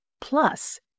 plus